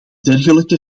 dergelijke